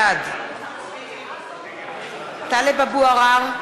בעד טלב אבו עראר,